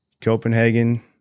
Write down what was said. Copenhagen